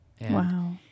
Wow